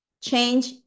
Change